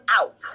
out